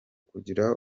kugira